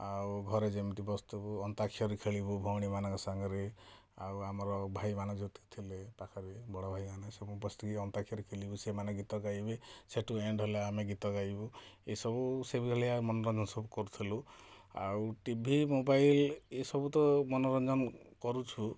ଆଉ ଘରେ ଯେମିତି ବସିଥିବୁ ଅନ୍ତାକ୍ଷରୀ ଖେଳିବୁ ଭଉଣୀମାନଙ୍କ ସାଙ୍ଗରେ ଆଉ ଆମର ଭାଇମାନେ ଯେତେ ଥିଲେ ପାଖା ପାଖି ବଡ଼ ଭାଇମାନେ ସବୁ ବସିକି ଅନ୍ତାକ୍ଷରୀ ଖେଳିବୁ ସେମାନେ ଗୀତ ଗାଇବେ ସେଠୁ ଏଣ୍ଡ ହେଲେ ଆମେ ଗୀତ ଗାଇବୁ ଏସବୁ ସେଇଭଳିଆ ମନୋରଞ୍ଜନ ସବୁ କରୁଥିଲୁ ଆଉ ଟି ଭି ମୋବାଇଲ ଏସବୁ ତ ମନୋରଞ୍ଜନ କରୁଛୁ